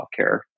healthcare